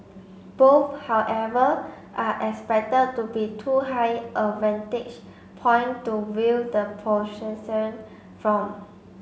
both however are expected to be too high a vantage point to view the procession from